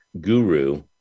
guru